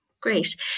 Great